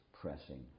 pressing